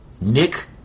Nick